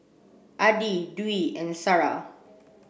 Adi Dwi and Sarah